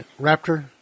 Raptor